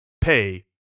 pay